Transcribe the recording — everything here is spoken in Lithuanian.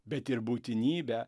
bet ir būtinybę